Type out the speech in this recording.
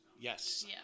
Yes